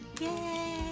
Yay